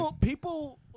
People